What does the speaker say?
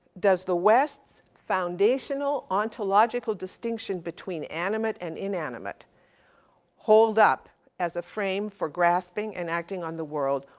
does the west's foundational ontological distinction between animate and inanimate hold up as a frame for grasping and acting on the world,